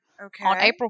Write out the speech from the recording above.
Okay